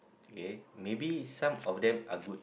okay maybe some of them are good